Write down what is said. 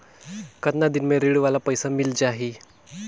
कतना दिन मे ऋण वाला पइसा मिल जाहि?